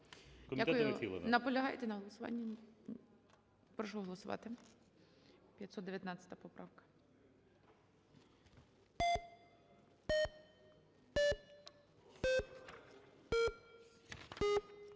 Дякую. Наполягаєте на голосуванні? Прошу голосувати, 519 поправка.